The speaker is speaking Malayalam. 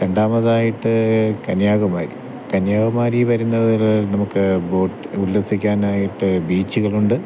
രണ്ടാമതായിട്ട് കന്യാകുമാരി കന്യാകുമാരി വരുന്നതിന് നമുക്ക് ഉല്ലസിക്കാനായിട്ട് ബീച്ചുകളുണ്ട്